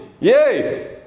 Yay